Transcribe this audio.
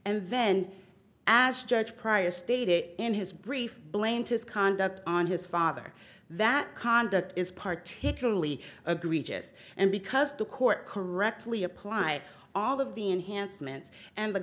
and then as judge prior stated in his brief blamed his conduct on his father that conduct is particularly agree just and because the court correctly apply all of the enhancements and the